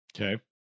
okay